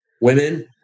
women